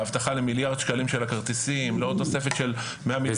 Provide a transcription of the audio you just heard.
להבטחה של מיליארד שקלים לכרטיסים לעוד תוספת --- שר